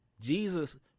Jesus